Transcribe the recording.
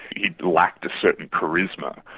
he lacked a certain charisma.